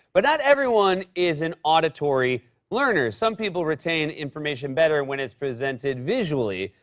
but not everyone is an auditory learner. some people retain information better when it's presented visually.